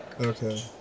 Okay